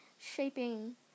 shaping